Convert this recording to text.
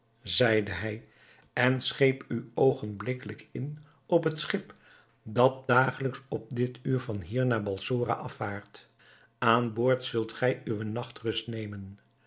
zeide hij en scheep u oogenblikkelijk in op het schip dat dagelijks op dit uur van hier naar balsora afvaart aan boord kunt gij uwe nachtrust nemen